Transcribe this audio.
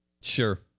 sure